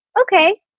okay